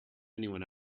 anyone